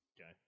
Okay